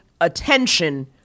attention